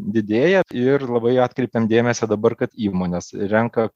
didėja ir labai atkreipiam dėmesį dabar kad įmonės renka